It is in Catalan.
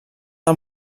del